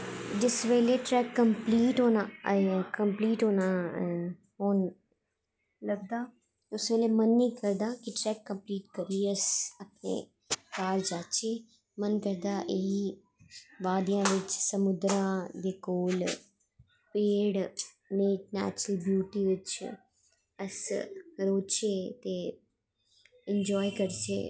जिसलै track complete होना ते उसलै मन गै नी करदा कि ट्रैक कंपलीट करिये अस घर जाह्चै मन करदा एही बादियां बिच्च समुन्दरां कोल पेड़ नैचुर्ल ब्यूटी बिच्च अस रौह्चै ते इंजाय करचै